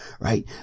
right